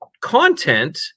content